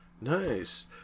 Nice